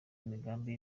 imigambi